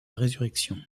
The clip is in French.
résurrection